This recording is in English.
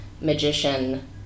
magician